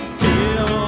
feel